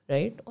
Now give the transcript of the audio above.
Right